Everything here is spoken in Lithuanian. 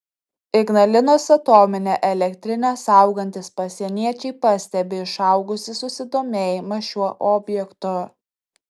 ignalinos atominę elektrinę saugantys pasieniečiai pastebi išaugusį susidomėjimą šiuo objektu